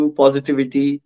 positivity